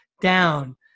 down